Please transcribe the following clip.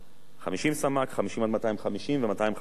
50 סמ"ק, 50 250 סמ"ק, ו-250 ומעלה.